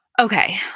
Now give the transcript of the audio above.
Okay